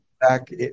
back